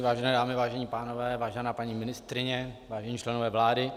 Vážené dámy, vážení pánové, vážená paní ministryně, vážení členové vlády.